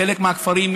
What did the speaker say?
חלק מהכפרים,